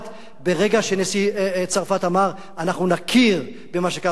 ברגע שנשיא צרפת אמר: אנחנו נכיר במה שקרה בארמניה,